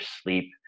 sleep